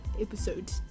episode